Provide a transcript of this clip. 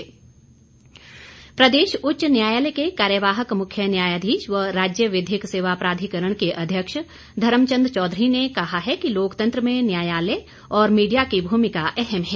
मुख्य न्यायाधीश प्रदेश उच्च न्यायालय के कार्यवाहक मुख्य न्यायाधीश व राज्य विधिक सेवा प्राधिकरण के अध्यक्ष धर्मचंद चौधरी ने कहा है कि लोकतंत्र में न्यायालय और मीडिया की भूमिका अहम है